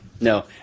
no